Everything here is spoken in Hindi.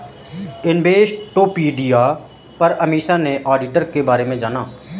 इन्वेस्टोपीडिया पर अमीषा ने ऑडिटर के बारे में जाना